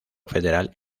federal